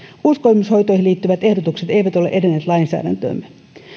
uskomushoitoihin liittyvät ehdotukset eivät ole edenneet lainsäädäntöömme